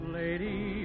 lady